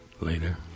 Later